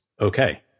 okay